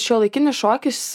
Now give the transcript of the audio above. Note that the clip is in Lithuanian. šiuolaikinis šokis